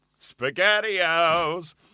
SpaghettiOs